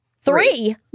Three